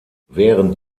während